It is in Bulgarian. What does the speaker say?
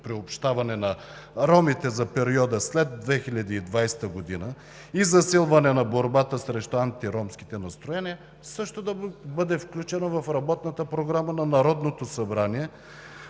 приобщаване на ромите за периода след 2020 г. и засилване на борбата срещу антиромските настроения също да бъде включена в Работната програма на Народното събрание,